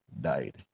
died